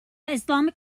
islamic